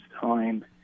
time